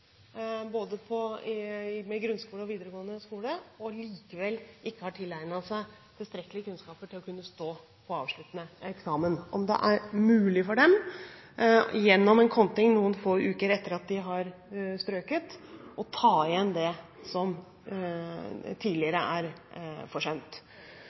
på grunnskole og videregående skole, men som likevel ikke har tilegnet seg tiltrekkelig med kunnskap til å kunne stå på avsluttende eksamen – om det er mulig for dem, gjennom en kontinueringseksamen noen få uker etter at de har strøket, å ta igjen det som